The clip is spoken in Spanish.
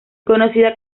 conocida